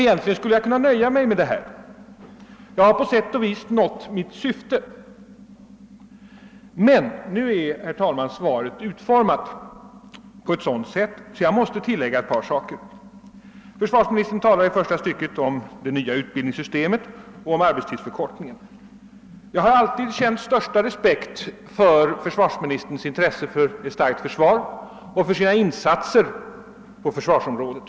Egentligen skulle jag kunna nöja mig med detta; jag har på sätt och vis nått mitt syfte. Men svaret är, herr talman, utformat på ett sådant sätt att jag måste tillägga ett par saker. Försvarsministern talar i det första stycket om det nya utbildningssystemet och om arbetstidsförkortningen. Jag har alltid känt den största respekt för försvarsministerns intresse av ett starkt försvar och för hans insatser på försvarsområdet.